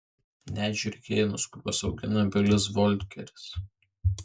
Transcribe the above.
net žiurkėnus kuriuos augina bilis volkeris